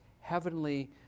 heavenly